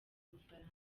bufaransa